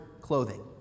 clothing